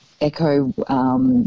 Echo –